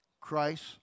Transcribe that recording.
Christ